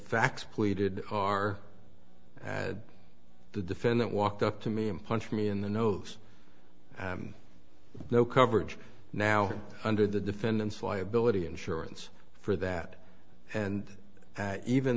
facts pleaded are had the defendant walked up to me and punch me in the nose no coverage now under the defendant's liability insurance for that and even